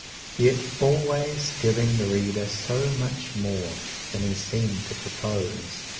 yet always giving the reader so much more than he seemed to propose.